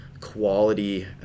quality